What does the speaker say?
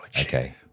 Okay